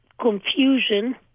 confusion